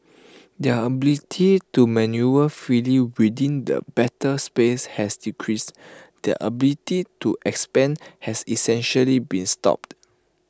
their ability to manoeuvre freely within the battle space has decreased their ability to expand has essentially been stopped